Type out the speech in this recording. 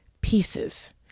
pieces